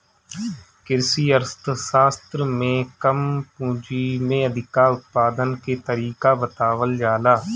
कृषि अर्थशास्त्र में कम पूंजी में अधिका उत्पादन के तरीका बतावल जाला